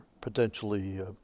potentially